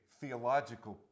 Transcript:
theological